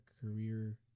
career